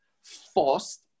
forced